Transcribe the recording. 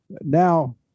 Now